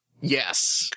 Yes